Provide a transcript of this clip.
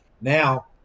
now